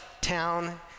town